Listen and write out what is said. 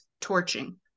torching